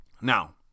Now